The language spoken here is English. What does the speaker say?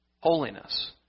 Holiness